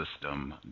system